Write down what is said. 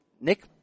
Nick